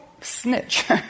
snitch